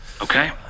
Okay